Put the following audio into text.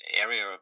area